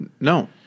No